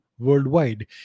Worldwide